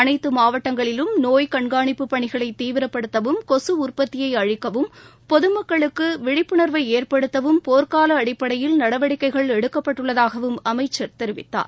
அளைத்து மாவட்டங்களிலும் நோய் கண்காணிப்பு பணிகளை தீவிரப்படுத்தவும் கொசு உற்பத்தியை அழிக்கவும் பொதுமக்களுக்கு விழிப்புணர்வை ஏற்படுத்தவும் போர்கால அடிப்படையில் நடவடிக்கைக்கள் எடுக்கப்பட்டுள்ளதாகவும் அமைச்சர் தெரிவித்தார்